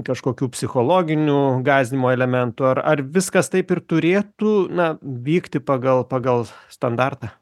kažkokių psichologinių gąsdinimo elementų ar ar viskas taip ir turėtų na vykti pagal pagal standartą